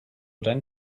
dein